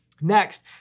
Next